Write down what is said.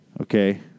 Okay